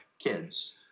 kids